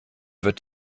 wird